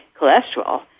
cholesterol